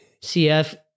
CF